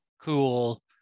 cool